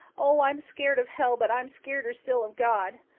oh, i'm skeered of hell, but i'm skeereder still of god.